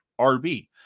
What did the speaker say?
RB